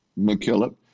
McKillop